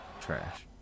Trash